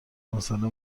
مساله